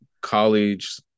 college